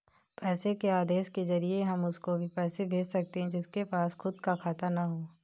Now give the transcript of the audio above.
पैसे के आदेश के जरिए हम उसको भी पैसे भेज सकते है जिसके पास खुद का खाता ना हो